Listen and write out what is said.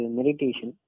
meditation